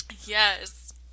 yes